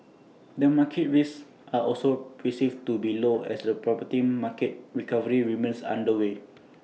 the market risks are also perceived to be low as the property market recovery remains underway